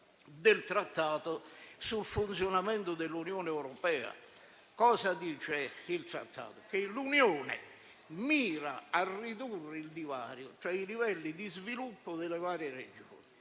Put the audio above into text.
del Trattato sul funzionamento dell'Unione europea. Cosa dice il Trattato? L'Unione mira a ridurre il divario nei livelli di sviluppo delle varie Regioni